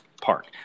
Park